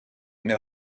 mais